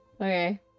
Okay